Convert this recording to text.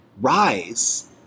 rise